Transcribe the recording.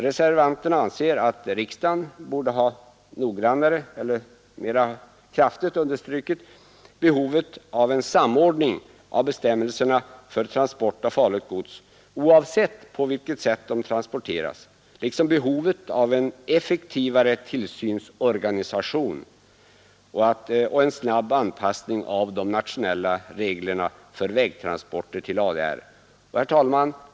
Reservanterna anser att riksdagen kraftigare borde ha understrukit behovet av en samordning av bestämmelserna för transport av farligt gods oavsett på vilket sätt det transporteras, liksom behovet av en effektivare tillsynsorganisation och en snabb anpassning av nationella regler för vägtransporter till ADR. Herr talman!